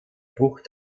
bucht